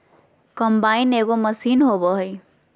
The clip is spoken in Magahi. कंबाइन एगो मशीन होबा हइ